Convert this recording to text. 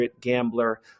Gambler